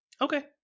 Okay